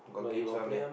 got games one meh